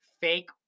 fake